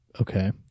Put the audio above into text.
Okay